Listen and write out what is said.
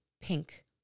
pink